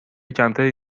کمتری